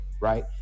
right